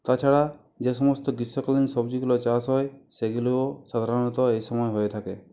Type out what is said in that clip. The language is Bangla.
তাছাড়া যে সমস্ত গ্রীষ্মকালীন সবজিগুলো চাষ হয় সেগুলো সাধারণত এই সময়ে হয়ে থাকে